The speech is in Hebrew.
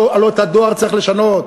הלוא את הדואר צריך לשנות,